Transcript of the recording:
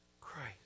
Christ